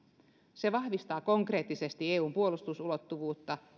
se vahvistaa konkreettisesti eun puolustusulottuvuutta